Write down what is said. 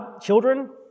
children